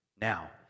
Now